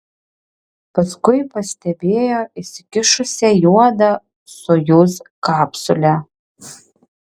paskui pastebėjo išsikišusią juodą sojuz kapsulę